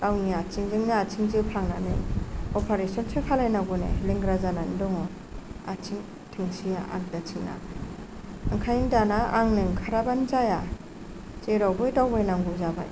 गावनि आथिंजोंनो आथिं जोफ्लांनानै अपारेसन सो खालामनांगौनो लेंग्रा जानानै दं आथिं थोंसेया आगदाथिंना ओंखायनो दाना आंनो ओंखाराब्लानो जाया जेरावबो दावबायनांगौ जाबाय